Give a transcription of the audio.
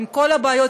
עם כל הבעיות,